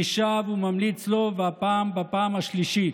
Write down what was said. אני שב וממליץ לו, והפעם בפעם השלישית: